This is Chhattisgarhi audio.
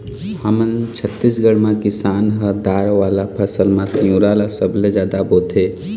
हमर छत्तीसगढ़ म किसान ह दार वाला फसल म तिंवरा ल सबले जादा बोथे